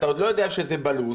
אתה עוד לא יודע שזה בלו"ז,